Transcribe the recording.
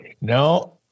No